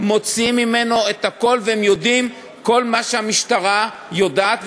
מוציאים ממנו את הכול ויודעים כל מה שהמשטרה יודעת,